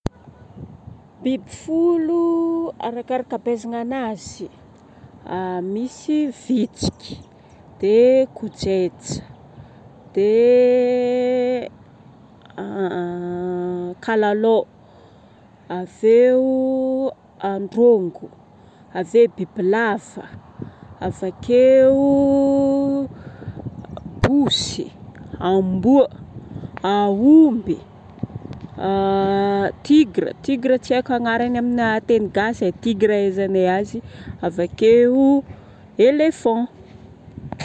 biby folo arakaraka abèzagna anazy. Misy vitsiky de kojejy, de kalalô, aveo andrôngo, aveo bibilava, avakeo posy, amboa, aomby tigra, tigra tsy haiko agnarany amina teny gasy. Tigra ahaizanai azy avakeo elephant